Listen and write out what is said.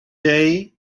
hamilton